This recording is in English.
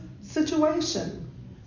situation